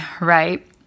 right